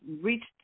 reached